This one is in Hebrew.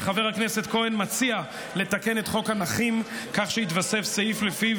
חבר הכנסת כהן מציע לתקן את חוק הנכים כך שיתווסף סעיף שלפיו